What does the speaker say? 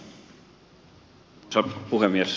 arvoisa puhemies